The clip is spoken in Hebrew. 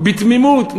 בתמימות,